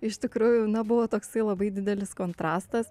iš tikrųjų na buvo toksai labai didelis kontrastas